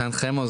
מתן חמו,